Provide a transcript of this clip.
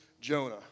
Jonah